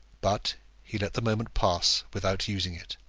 but he let the moment pass without using it.